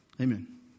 Amen